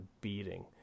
beating